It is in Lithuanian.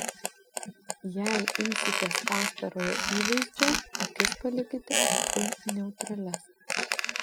jei imsitės pastarojo įvaizdžio akis palikite itin neutralias